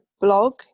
blog